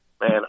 man